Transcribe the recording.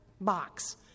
box